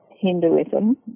Hinduism